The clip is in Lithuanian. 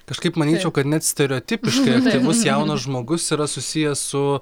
kažkaip manyčiau kad net stereotipiškai aktyvus jaunas žmogus yra susijęs su